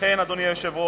לכן, אדוני היושב-ראש,